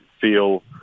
feel